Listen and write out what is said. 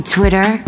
Twitter